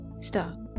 stop